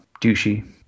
douchey